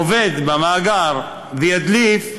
עובד במאגר, וידליף,